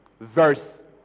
verse